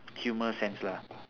humour sense lah